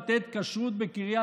עם הצוותים המקצועיים בתוך משרד